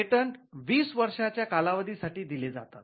patent वीस वर्षांच्या कालावधीसाठी दिले जातात